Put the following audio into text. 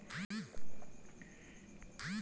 ब्याज दर जोखिम बेसी रहय तें न यस बैंक डुबि गेलै